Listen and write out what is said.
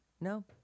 No